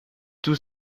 tout